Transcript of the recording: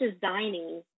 designing